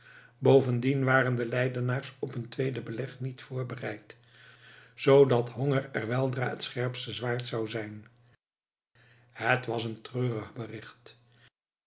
bovendien waren de leidenaars op een tweede beleg niet voorbereid zoodat honger er weldra het scherpste zwaard zou zijn het was een treurig bericht